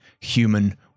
human